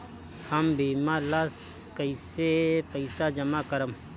हम बीमा ला कईसे पईसा जमा करम?